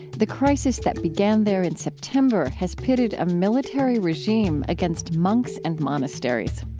the crisis that began there in september has pitted a military regime against monks and monasteries.